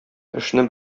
эшне